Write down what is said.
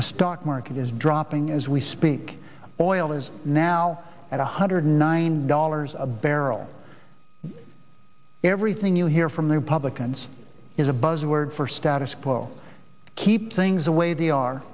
the stock market is dropping as we speak boilers now at one hundred nine dollars a barrel everything you hear from republicans is a buzzword for status quo keep things the way the are